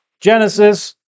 Genesis